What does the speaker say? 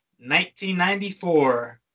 1994